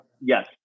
yes